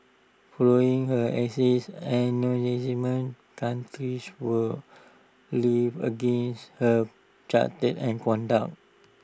following her axing anonymous were levelled against her character and conduct